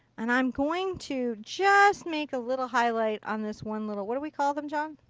and i'm going to just make a little highlight on this one little, what do we call them john.